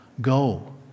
Go